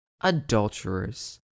adulterers